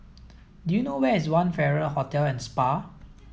do you know where is One Farrer Hotel and Spa